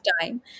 time